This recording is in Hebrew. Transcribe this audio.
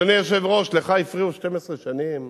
אדוני היושב-ראש, לך הפריעו 12 שנים